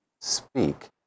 speak